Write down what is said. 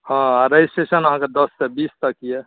हँ रजिस्ट्रेशन अहाँके दससँ बीस तक अइ